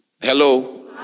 Hello